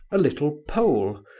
a little pole,